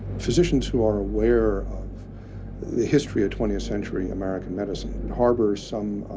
physicians who are aware of the history of twentieth century american medicine harbor some